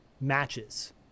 matches